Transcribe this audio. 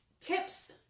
tips